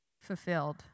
fulfilled